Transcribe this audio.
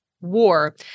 war